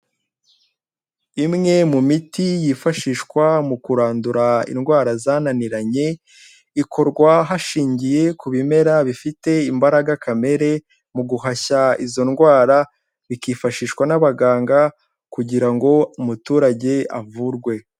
Imwe mu miti yifashishwa mu kurandura indwara zananiranye, ikorwa hashingiwe ku bimera bifite imbaraga kamere mu guhashya izo ndwara, bikifashishwa n'abaganga kugira ngo umuturage avurwe.